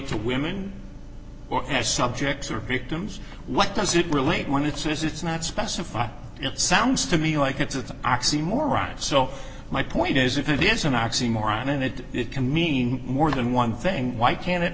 two women or as subjects who are victims what does it relate when it says it's not specified it sounds to me like it's an oxymoron so my point is if it is an oxymoron in it it can mean more than one thing why can't it